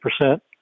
percent